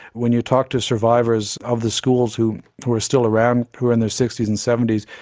when you talk to survivors of the schools who were still around who are in their sixties and seventies,